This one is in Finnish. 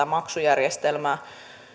maksujärjestelmää yksinkertaistetaan